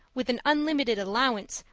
with an unlimited allowance,